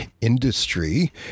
industry